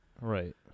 Right